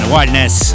Wildness